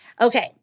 Okay